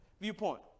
viewpoint